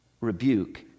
rebuke